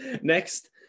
Next